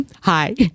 hi